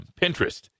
Pinterest